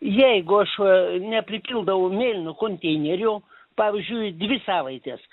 jeigu aš nepripildau mėlynų konteinerių pavyzdžiui dvi savaitės